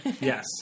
Yes